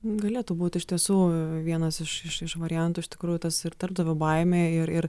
galėtų būti iš tiesų vienas iš iš iš variantų iš tikrųjų tas ir darbdavio baimė ir ir